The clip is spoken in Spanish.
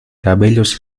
cabellos